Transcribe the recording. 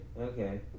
Okay